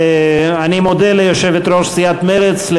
אני מודה ליושבת-ראש סיעת מרצ.